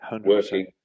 working